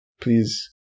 Please